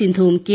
സിന്ധുവും കെ